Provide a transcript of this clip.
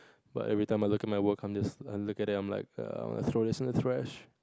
but every time I look at my work I'm just I look at it I'm like err I'm gonna throw this in the trash